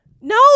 No